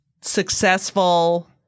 successful